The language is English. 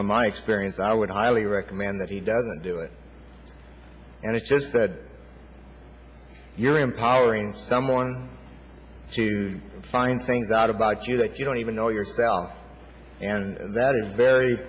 on my experience i would highly recommend that he doesn't do it and i just said you're empowering someone to find things out about you that you don't even know yourself and that is very